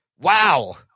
Wow